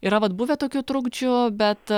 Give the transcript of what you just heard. yra vat buvę tokių trukdžių bet